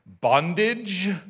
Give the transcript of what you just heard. Bondage